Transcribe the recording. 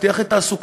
להבטיח את תעסוקתם.